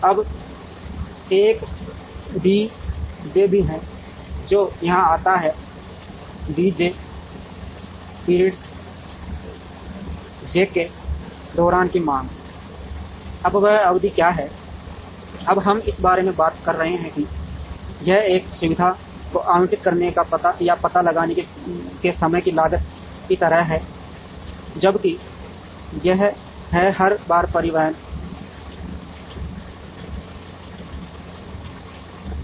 अब एक D J भी है जो यहां आता है डी जे पीरियड जे के दौरान की मांग है अब वह अवधि क्या है अब हम इस बारे में बात कर रहे हैं कि यह एक सुविधा को आवंटित करने या पता लगाने के समय की लागत की तरह है जबकि यह है हर बार परिवहन है